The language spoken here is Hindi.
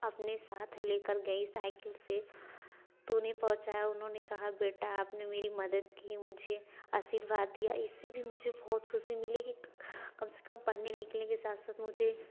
अपने साथ लेकर गई साइकिल से तो उन्हें पहुँचाया उन्होंने कहा बेटा आपने मेरी मदद की है मुझे आशीर्वाद दिया इससे भी मुझे बहुत खुशी मिली कि कम से कम पढ़ने लिखने के साथ साथ मुझे